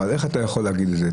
אבל איך אתה יכול להגיד את זה?